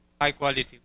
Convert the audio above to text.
high-quality